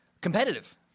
competitive